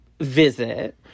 visit